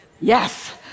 Yes